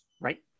Right